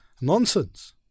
Nonsense